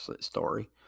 story